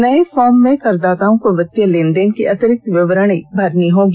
नये फार्म में करदाताओं को वित्तीय लेनदेन की अतिरिक्त विवरणी भरनी होगी